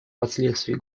последствий